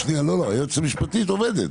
שנייה, לא, לא, היועצת המשפטית עובדת.